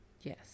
Yes